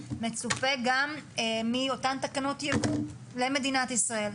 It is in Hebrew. מצופה גם מאותן תקנות יבוא למדינת ישראל.